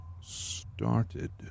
started